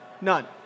None